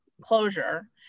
closure